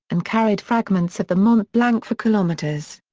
and carried fragments of the mont-blanc for kilometres.